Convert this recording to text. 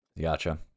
Gotcha